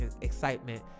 excitement